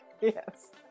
Yes